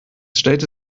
stellte